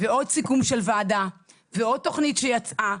עוד סיכום וועדה ועוד תוכנית שיצאה,